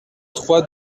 trois